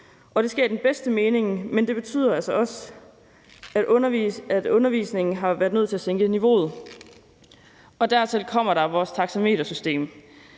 Det sker i den bedste mening, men det betyder altså også, at man har været nødt til at sænke niveauet i undervisningen. Dertil kommer vores taxametersystem,